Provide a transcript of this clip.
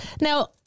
Now